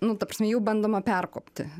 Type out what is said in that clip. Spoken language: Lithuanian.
nu ta prasme jau bandoma perkopti